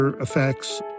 effects